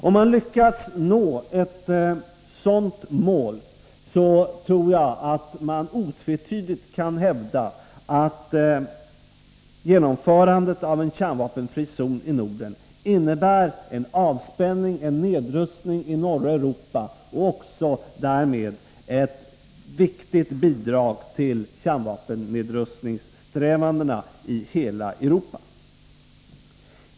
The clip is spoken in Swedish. Om man lyckas nå ett sådant mål, tror jag att man säkert kan hävda att genomförandet av en kärnvapenfri zon i Norden innebär avspänning och nedrustning i norra Europa och därmed ett viktigt bidrag till kärnvapennedrustningen i hela Europa.